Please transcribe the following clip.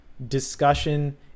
discussion